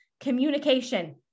communication